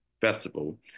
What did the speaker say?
festival